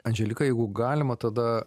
andželika jeigu galima tada